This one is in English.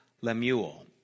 Lemuel